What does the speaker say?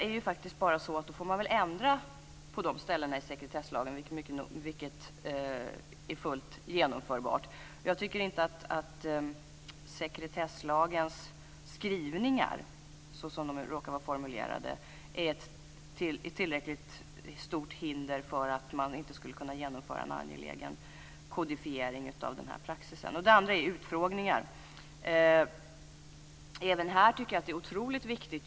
Men då får man väl ändra på de ställena i sekretesslagen, vilket är fullt genomförbart. Sekretesslagens skrivningar, som de råkar vara formulerade, utgör i mitt tycke inte ett tillräckligt stort hinder för att man inte skulle kunna genomföra en angelägen kodifiering av praxisen. Ett annat motargument är utfrågningen. Även här tycker jag att öppenheten är otroligt viktig.